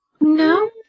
No